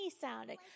sounding